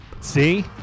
See